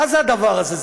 מה זה הדבר הזה?